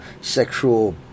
Sexual